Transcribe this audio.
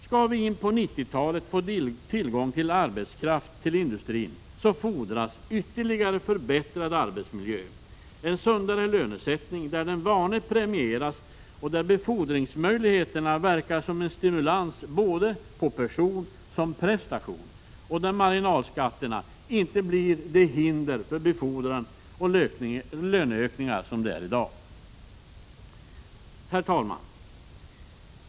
Skall vi in på 90-talet få tillgång på arbetskraft till industrin, fordras ytterligare förbättrad arbetsmiljö, en sundare lönesättning, där den vane premieras, där befordringsmöjligheterna verkar som en stimulans både för person och för prestation och där marginalskatterna inte blir det hinder för befordran och löneökningar som de är i dag. Herr talman!